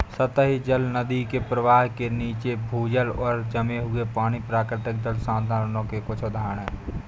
सतही जल, नदी के प्रवाह के नीचे, भूजल और जमे हुए पानी, प्राकृतिक जल संसाधनों के कुछ उदाहरण हैं